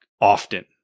often